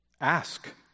Ask